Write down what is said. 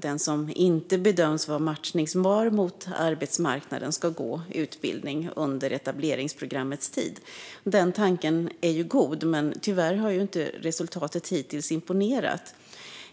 Den som inte bedöms vara matchningsbar mot arbetsmarknaden ska gå utbildning under etableringsprogrammets tid. Denna tanke är god, men tyvärr har resultaten hittills inte imponerat.